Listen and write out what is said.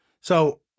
So-